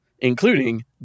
including